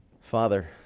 Father